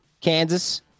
Kansas